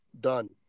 done